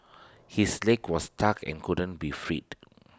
his leg was stuck and couldn't be freed